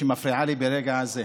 שמפריעה לי ברגע זה.